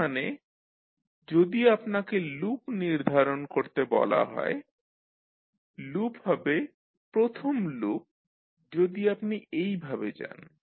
তার মানে যদি আপনাকে লুপ নির্ধারণ করতে বলা হয় লুপ হবে প্রথম লুপ যদি আপনি এইভাবে যান